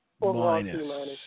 Minus